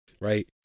right